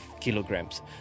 kilograms